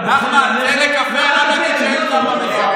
אתה בוחר,